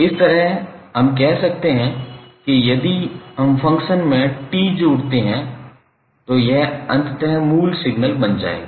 इस तरह हम कह सकते हैं कि यदि हम फ़ंक्शन में T जोड़ते हैं तो यह अंततः मूल सिग्नल बन जाएगा